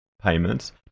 payments